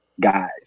guys